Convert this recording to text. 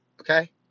Okay